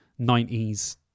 90s